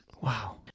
Wow